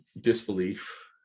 disbelief